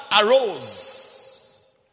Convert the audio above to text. arose